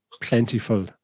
plentiful